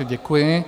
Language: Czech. Děkuji.